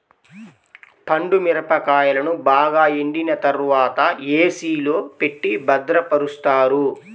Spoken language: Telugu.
పండు మిరపకాయలను బాగా ఎండిన తర్వాత ఏ.సీ లో పెట్టి భద్రపరుస్తారు